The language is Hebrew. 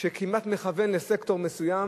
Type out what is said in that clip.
שזה כמעט מכוון לסקטור מסוים,